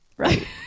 right